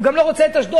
הוא גם לא רוצה את אשדוד,